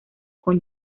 con